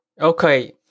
okay